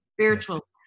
spiritual